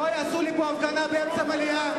לא יעשו לי פה הפגנה באמצע המליאה.